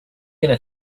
gonna